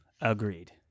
Agreed